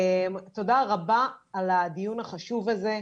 תודה רבה על הדיון החשוב הזה.